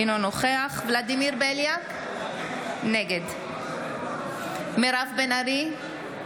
אינו נוכח ולדימיר בליאק, נגד מירב בן ארי,